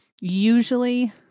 usually